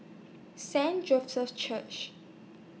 Saint Church